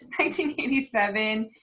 1987